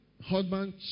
husband